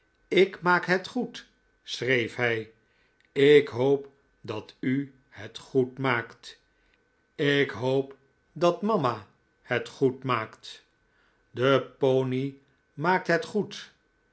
ik maak het heel goed schreef hij ik hoop dat u het goed maakt ik hoop dat mama het goed maakt de pony maakt het goed